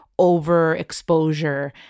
overexposure